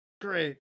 Great